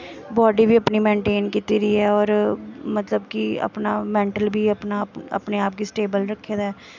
body बी अपनी maintain कीती दी ऐ होर मतलब कि अपना मैन्टल बी अपना अपने आप गी स्टेवल रक्खे दा ऐ